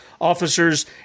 officers